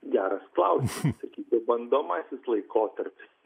geras klausimas sakykim bandomasis laikotarpis